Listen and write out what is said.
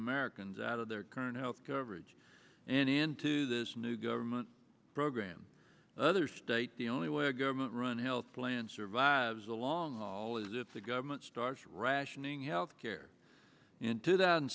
americans out of their current health coverage and into this new government program other state the only way a government run health plan survives the long haul is if the government starts rationing health care in two th